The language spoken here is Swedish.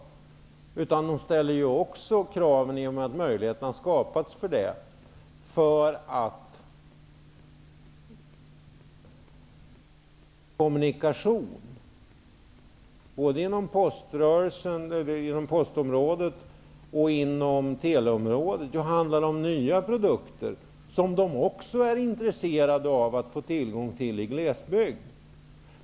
Medborgarna ställer också krav på kommunikation, i och med att möjligheter skapats därför, både inom postområdet och inom teleområdet. Det handlar om nya produkter som konsumenter i glesbygden också är intresserade att få tillgång till.